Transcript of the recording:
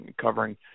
covering